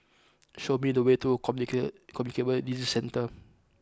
show me the way to Comunicate Communicable Disease Centre